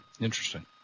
Interesting